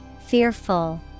Fearful